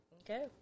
Okay